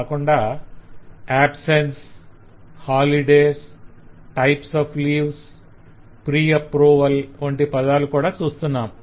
కాకుండా 'absence 'holidays' holiday 'types of leaves' type of leave 'pre approval' pre approval వంటి పదాలు కూడా చూస్తున్నాము